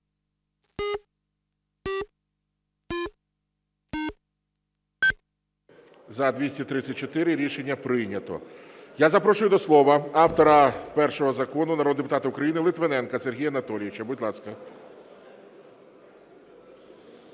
За-234 Рішення прийнято. Я запрошую до слова автора першого закону, народного депутата України Литвиненка Сергія Анатолійовича. Будь ласка.